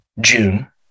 June